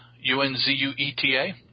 U-N-Z-U-E-T-A